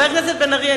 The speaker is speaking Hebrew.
חבר הכנסת בן-ארי,